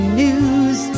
news